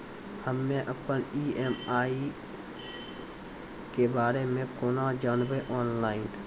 हम्मे अपन ई.एम.आई के बारे मे कूना जानबै, ऑनलाइन?